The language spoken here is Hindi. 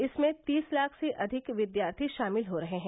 इसमें तीस लाख से अधिक विद्यार्थी शामिल हो रहे हैं